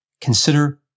Consider